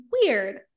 weird